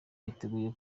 yiteguye